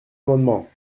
amendement